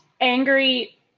angry